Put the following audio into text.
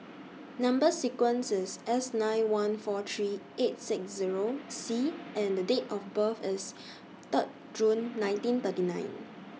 Number sequence IS S nine one four three eight six Zero C and Date of birth IS Third June nineteen thirty nine